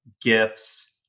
gifts